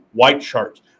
Whitechart